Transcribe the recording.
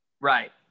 Right